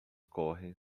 correm